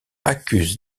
accuse